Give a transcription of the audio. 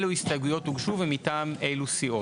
אלו הסתייגויות הוגשו ומטעם אילו סיעות.